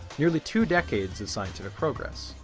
nearly two decades of scientific progress.